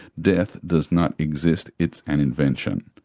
death does not exist, it's an invention.